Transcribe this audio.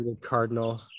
Cardinal